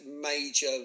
major